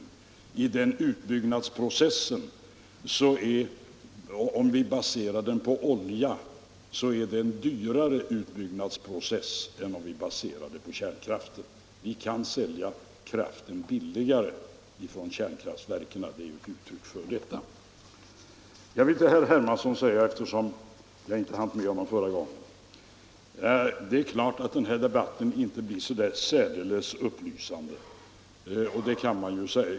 Om vi baserar den utbyggnadsprocessen på olja, blir den dyrare än om vi baserar den på kärnkraft. Vi kan sälja kraften billigare från kärnkraftsverken, vilket är ett uttryck för detta. Jag vill till herr Hermansson — eftersom jag inte hann med honom förra gången — säga att det är klart att den här debatten inte blir särdeles upplysande.